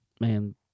man